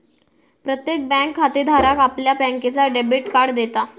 प्रत्येक बँक खातेधाराक आपल्या बँकेचा डेबिट कार्ड देता